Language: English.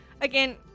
again